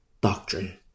doctrine